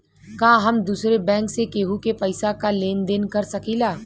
का हम दूसरे बैंक से केहू के पैसा क लेन देन कर सकिला?